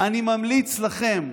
אני ממליץ לכם,